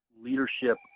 leadership